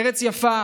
ארץ יפה,